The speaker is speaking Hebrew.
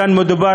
כאן מדובר,